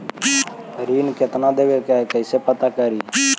ऋण कितना देवे के है कैसे पता करी?